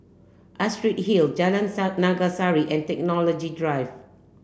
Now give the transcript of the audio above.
Astrid Hill Jalan Naga Sari and Technology Drive